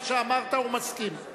מה שאמרת, הוא מסכים.